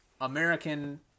American